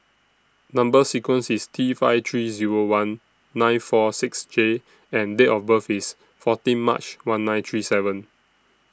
Number sequence IS T five three Zero one nine four six J and Date of birth IS fourteen March one nine three seven